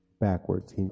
backwards